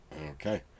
Okay